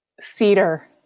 Cedar